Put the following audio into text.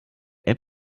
app